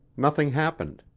nothing happened.